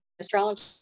astrology